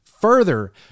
Further